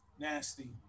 Nasty